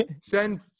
send